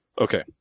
Okay